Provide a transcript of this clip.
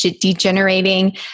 degenerating